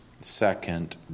second